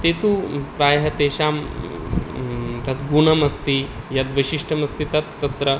ते तु प्रायः तेषां तद् गुणः अस्ति यद् विशिष्टम् अस्ति तद् तत्र